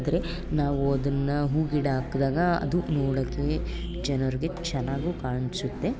ದ್ರೆ ನಾವು ಅದನ್ನು ಹೂವಿನ ಗಿಡ ಹಾಕ್ದಾಗ ಅದು ನೋಡೋಕ್ಕೆ ಜನರಿಗೆ ಚೆನ್ನಾಗೂ ಕಾಣಿಸುತ್ತೆ